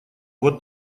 вот